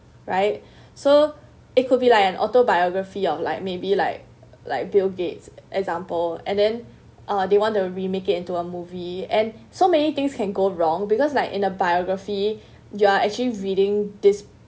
right so it could be like an autobiography of like maybe like like bill gates example and then uh they want to remake it into a movie and so many things can go wrong because like in a biography you are actually reading this